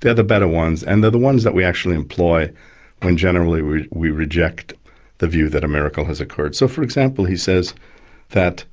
they're the better ones, and they're the ones that we actually employ and generally we we reject the view that a miracle has occurred. so, for example, he says that